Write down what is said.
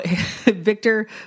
Victor